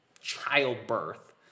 childbirth